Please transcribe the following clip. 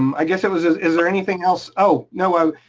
um i guess it was. is is there anything else? oh no,